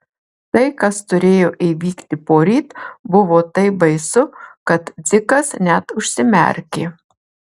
tai kas turėjo įvykti poryt buvo taip baisu kad dzikas net užsimerkė